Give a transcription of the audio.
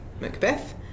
macbeth